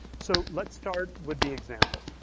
so let's start with the example.